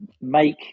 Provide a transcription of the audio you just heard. make